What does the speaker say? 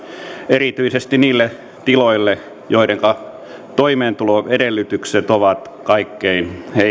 erityisesti niille tiloille joidenka toimeentuloedellytykset ovat kaikkein heikoimpia